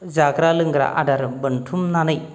जाग्रा लोंग्रा आदार बोनथुमनानै